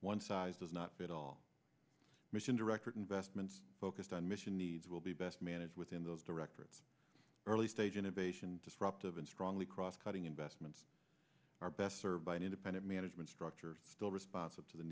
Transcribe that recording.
one size does not fit all mission directorate investments focused on mission needs will be best managed within those directorates early stage innovation disruptive and strongly cross cutting investments are best served by an independent management structure still responsive to the